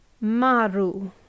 maru